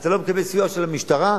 אתה לא מקבל סיוע של המשטרה,